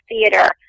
theater